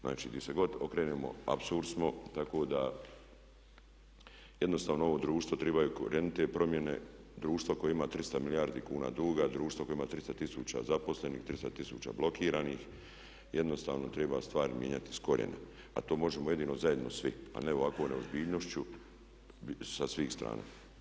Znači gdje se god okrenemo apsurd smo tako da jednostavno ovo društvo treba korjenite promjene, društvo koje ima 300 milijardi kuna duga, društvo koje ima 300 tisuća nezaposlenih, 300 tisuća blokiranih, jednostavno treba stvari mijenjati iz korijena a to možemo jedino zajedno svi a ne ovako neozbiljnošću sa svih strana.